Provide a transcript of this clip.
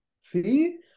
See